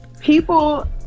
People